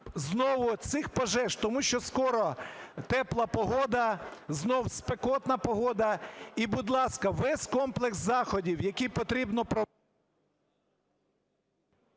знову цих пожеж, тому що скоро тепла погода, знову спекотна погода і, будь ласка, весь комплекс заходів, який потрібно…